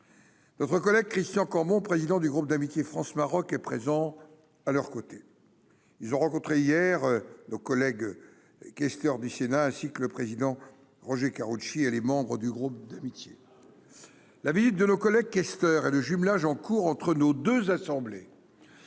recollait Christian Cambon, président du groupe d'amitié France-Maroc est présent à leurs côtés, ils ont rencontré hier nos collègues questeurs du Sénat, ainsi que le président Roger Karoutchi et les membres du groupe d'amitié, la visite de nos collègues questeurs et le jumelage en cours entre nos 2 assemblées